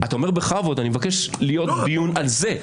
אתה אומר בכבוד, אני מבקש דיון על זה.